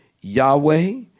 Yahweh